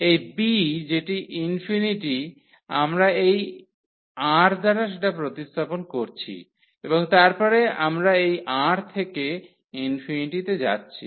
এই b যেটি ∞ আমরা এই R দ্বারা প্রতিস্থাপন করছি এবং তারপরে আমরা এই R থেকে ∞ তে যাচ্ছি